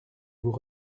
vous